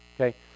Okay